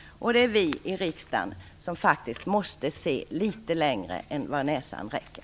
Det är vi i riksdagen som faktiskt måste se litet längre än näsan räcker.